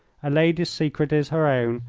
a lady's secret is her own,